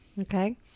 Okay